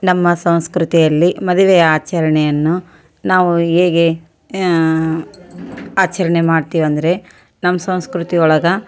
ನಮ್ಮ ಸಂಸ್ಕೃತಿಯಲ್ಲಿ ಮದುವೆಯ ಆಚರಣೆಯನ್ನು ನಾವು ಹೇಗೆ ಆಚರಣೆ ಮಾಡ್ತೀವಂದರೆ ನಮ್ಮ ಸಂಸ್ಕೃತಿ ಒಳಗೆ